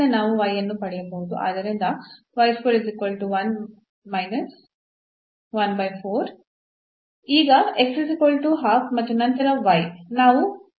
ನಾವು ಅನ್ನು ತೆಗೆದುಕೊಳ್ಳೋಣ